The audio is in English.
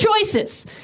choices